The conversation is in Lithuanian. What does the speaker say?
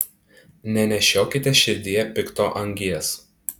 nenešiokite širdyje pikto angies